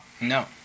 No